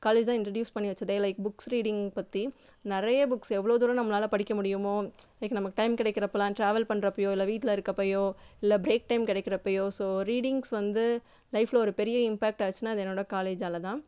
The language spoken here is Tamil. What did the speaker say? காலேஜ் தான் இன்ட்ரடியூஸ் பண்ணி வைச்சதே லைக் புக்ஸ் ரீடிங் பற்றி நிறைய புக்ஸ் எவ்வளோ தூரம் நம்மளால் படிக்க முடியுமோ லைக் நமக்கு டைம் கிடைக்கிறப்பலாம் ட்ராவல் பண்றப்பேயோ இல்லை வீட்டில் இருக்கப்பேயோ இல்லை பிரேக் டைம் கிடைக்கிறப்பையோ ஸோ ரீடிங்ஸ் வந்து லைஃப்பில் ஒரு பெரிய இம்பேக்ட் ஆச்சுன்னால் அது என்னோடய காலேஜால் தான்